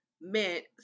meant